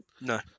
no